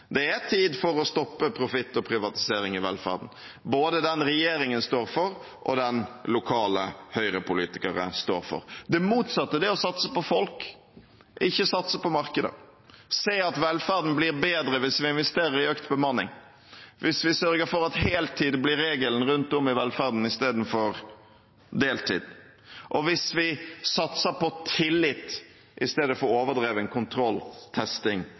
Det er tid for å stoppe profitt og privatisering i velferden, både den regjeringen står for, og den lokale høyrepolitikere står for. Det motsatte er å satse på folk, ikke å satse på markeder, å se at velferden blir bedre hvis vi investerer i økt bemanning, hvis vi sørger for at heltid blir regelen rundt om i velferden istedenfor deltid, og hvis vi satser på tillit istedenfor overdreven kontrolltesting og markedstenkning. Det er en